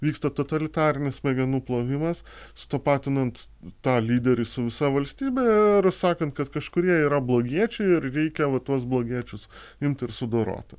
vyksta totalitarinis smegenų plovimas sutapatinant tą lyderį su visa valstybe ir sakant kad kažkurie yra blogiečiai ir reikia va tuos blogiečius imt ir sudorot